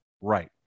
right